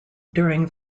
during